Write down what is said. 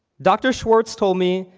doctor schwartz told me,